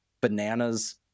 bananas